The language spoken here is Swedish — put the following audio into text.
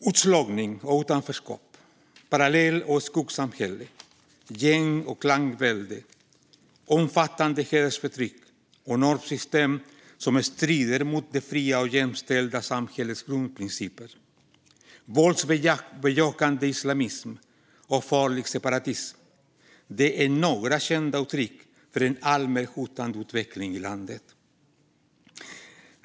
Utslagning och utanförskap, parallell och skuggsamhällen, gäng och klanvälde, omfattande hedersförtryck, normsystem som strider mot det fria och jämställda samhällets grundprinciper, våldsbejakande islamism och farlig separatism är några kända uttryck för en alltmer hotande utveckling i landet.